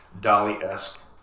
dolly-esque